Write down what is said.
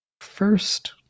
first